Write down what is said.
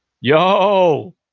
Yo